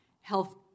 health